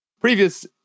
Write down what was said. previous